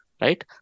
right